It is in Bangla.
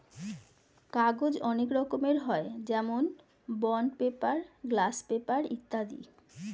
কাগজ অনেক রকমের হয়, যেরকম বন্ড পেপার, গ্লাস পেপার ইত্যাদি